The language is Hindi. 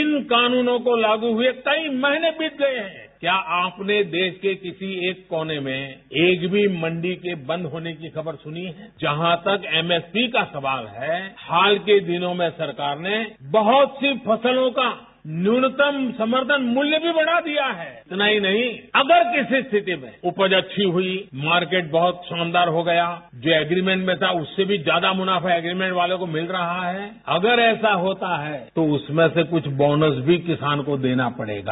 इन कानूनों को लागू हुए कई महीने बीत गये हैं क्या आपने देश के किसी एक कोने में एक भी मंडी के बंद होने की खबर सुनी है जहां तक एमएसपी का सवाल है हाल के दिनों में सरकार ने बहुत सी फसलों का न्यूनतम समर्थन मूल्य भी बढ़ा दिया है नहीं नहीं अगर किसी स्थिति में उपज अच्छी हुई मार्केट बहुत शानदार हो गया जो एप्रिमेंट में था उससे भी ज्यादा मुनाफा एप्रिमेंट वालों को मिल रहा है अगर ऐसा होता है तो उसमें से कुछ बोनस भी किसान को देना पड़ेगा